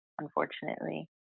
unfortunately